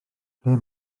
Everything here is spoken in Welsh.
ble